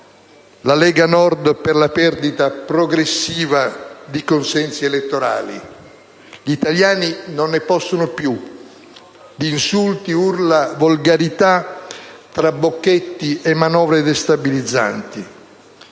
la Lega Nord per la perdita progressiva di consensi elettorali. Gli italiani non ne possono più di insulti, urla, volgarità, trabocchetti e manovre destabilizzanti.